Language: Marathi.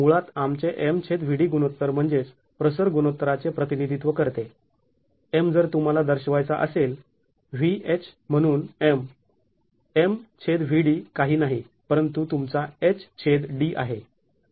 मुळात आमचे MVd गुणोत्तर म्हणजेच प्रसर गुणोत्तराचे प्रतिनिधित्व करते M जर तुम्हाला दर्शवायचा असेल Vh म्हणून M MVd काही नाही परंतु तुमचा hd आहे